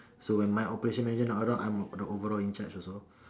so when my operation manager not around I'm the overall in charge also